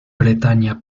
bretaña